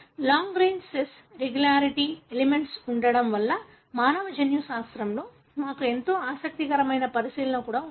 long range cis regulatory elements ఉండటం వల్ల మానవ జన్యుశాస్త్రంలో మాకు మరో ఆసక్తికరమైన పరిశీలన కూడా ఉంది